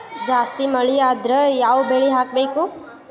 ಜಾಸ್ತಿ ಮಳಿ ಆದ್ರ ಯಾವ ಬೆಳಿ ಹಾಕಬೇಕು?